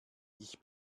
ich